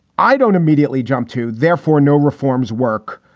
i don't immediately jump to therefore, no reforms work.